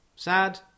Sad